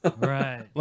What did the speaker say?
Right